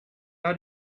are